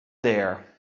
there